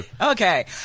Okay